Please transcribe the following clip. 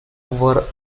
were